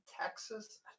Texas